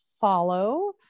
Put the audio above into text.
follow